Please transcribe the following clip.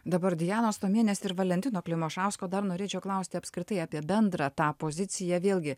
dabar dianos stomienės ir valentino klimašausko dar norėčiau klausti apskritai apie bendrą tą poziciją vėlgi